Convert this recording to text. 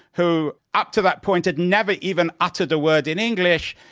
who up to that point had never even uttered a word in english,